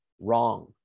Wrong